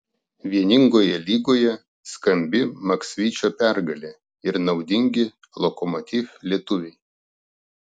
vieningoje lygoje skambi maksvyčio pergalė ir naudingi lokomotiv lietuviai